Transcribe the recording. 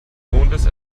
mondes